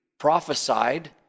prophesied